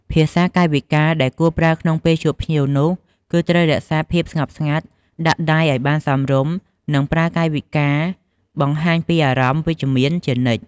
ភាសាកាយវិការដែលគួរប្រើក្នុងពេលជួបភ្ញៀវនោះ គឺត្រូវរក្សាភាពស្ងប់ស្ងាត់ ដាក់ដៃឲ្យបានសមរម្យ និងប្រើកាយវិការបង្ហាញពីអារម្មណ៍វិជ្ជមានជានិច្ច។